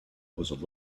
was